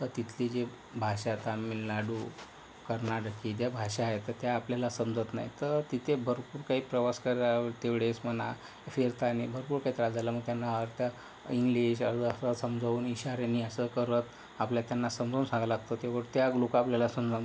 तर तिथली जी भाषा तामिळनाडू कर्नाटकी त्या भाषा आहेत तर त्या आपल्याला समजत नाही तर तिथे भरपूर काही प्रवास करावे तेवढेच म्हणा फिरतानी भरपूर काही त्रास झाला मग त्यांना अर्ध इंग्लिश अर्ध असं समजवून इशाऱ्याने असं करत आपल्या त्यांना समजवून सांगा लागतं त्या लोक आपल्याला समजव